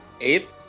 Eight